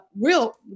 real